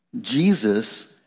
Jesus